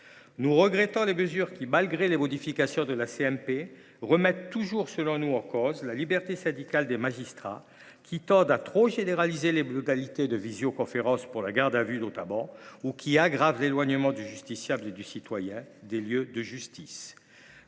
Nous regrettons les mesures qui, malgré les modifications apportées par les commissions mixtes paritaires, continuent de remettre en cause la liberté syndicale des magistrats, qui tendent à trop généraliser les modalités de visioconférence, pour la garde à vue notamment, ou qui aggravent l’éloignement du justiciable et du citoyen des lieux de justice.